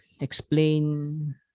explain